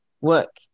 work